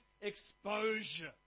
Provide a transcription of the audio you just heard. exposure